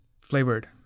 Flavored